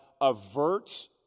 averts